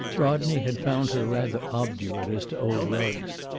rodney had found her rather obdurate as to old rugs.